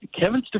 Kevin